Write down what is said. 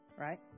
Right